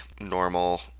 normal